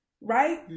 Right